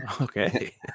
okay